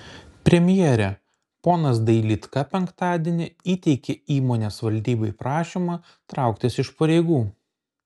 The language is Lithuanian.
premjere ponas dailydka penktadienį įteikė įmonės valdybai prašymą trauktis iš pareigų